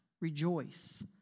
rejoice